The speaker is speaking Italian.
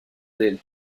del